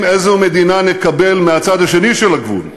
איזו מדינה נקבל מהצד השני של הגבול?